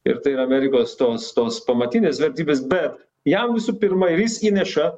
ir tai yra amerikos tos tos pamatinės vertybės bet jam visų pirma ir jis įneša